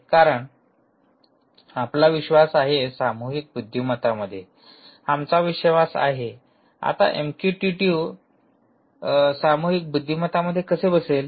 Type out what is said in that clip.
कारण आपला विश्वास आहे सामूहिक बुद्धिमत्ता मध्ये आमचा विश्वास आहे आता एमक्यूटीटी सामूहिक बुद्धिमत्तामध्ये कसे बसेल